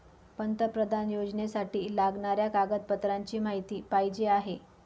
पंतप्रधान योजनेसाठी लागणाऱ्या कागदपत्रांची माहिती पाहिजे आहे